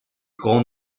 grands